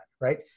right